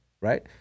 right